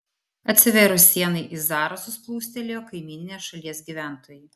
atsivėrus sienai į zarasus plūstelėjo kaimyninės šalies gyventojai